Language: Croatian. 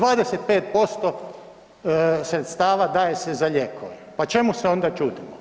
25% sredstava daje se za lijekove, pa čemu se onda čudimo.